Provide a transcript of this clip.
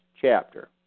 chapter